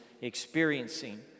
experiencing